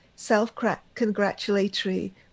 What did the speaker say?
self-congratulatory